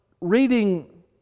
reading